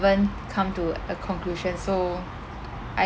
come to a conclusion so I